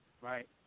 right